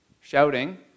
shouting